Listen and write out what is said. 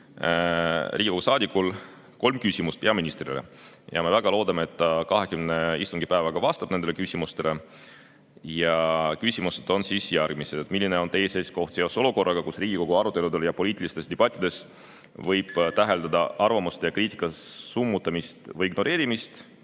Riigikogu saadikul kolm küsimust peaministrile ja me väga loodame, et ta 20 istungipäeva jooksul vastab nendele küsimustele. Küsimused on järgmised. Milline on teie seisukoht seoses olukorraga, kus Riigikogu aruteludel ja poliitilistes debattides võib täheldada arvamuste ja kriitika summutamist või ignoreerimist?